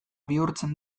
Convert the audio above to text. bihurtzen